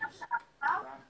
שפרסמנו מכרז שיעזרו לנו אנשים.